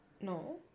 No